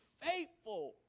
faithful